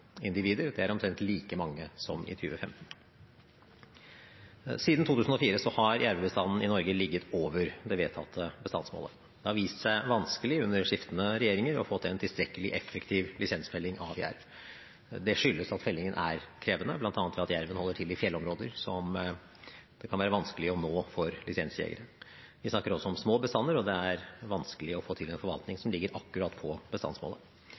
individer. Det er omtrent like mange som i 2015. Siden 2004 har jervebestanden i Norge ligget over det vedtatte bestandsmålet. Det har vist seg vanskelig, under skiftende regjeringer, å få til en tilstrekkelig effektiv lisensfelling av jerv. Det skyldes at fellingen er krevende, bl.a. ved at jerven holder til i fjellområder det kan være vanskelig å nå for lisensjegere. Vi snakker også om små bestander, og det er vanskelig å få til en forvaltning som ligger akkurat på bestandsmålet.